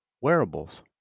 wearables